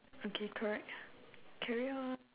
okay correct carry on